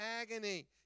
agony